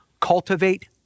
Cultivate